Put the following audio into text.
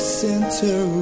center